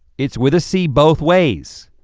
it's with a c both ways.